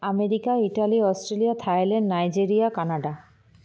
America Italy Australia Thailand Nigeria Canada